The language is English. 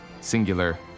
Singular